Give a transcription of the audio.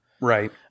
Right